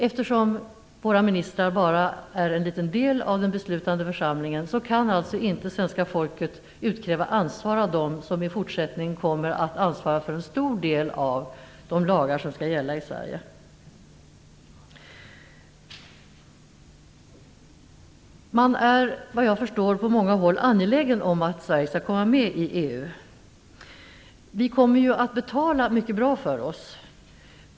Eftersom våra ministrar bara är en liten del av den beslutande församlingen kan alltså inte svenska folket utkräva ansvar av dem som i fortsättningen kommer att ansvara för en stor del av de lagar som skall gälla i Sverige. Vad jag förstår är man på många håll angelägen om att Sverige skall komma med i EU. Vi kommer ju att betala mycket bra för oss.